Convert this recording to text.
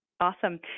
Awesome